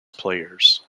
players